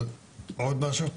עוד משהו?